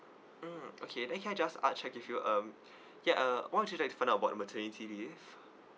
mm okay then can I just ask check with you um ya uh what would you like to find out about the maternity leave